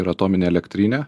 ir atominę elektrinę